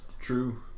True